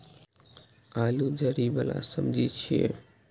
आलू जड़ि बला सब्जी छियै